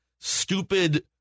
stupid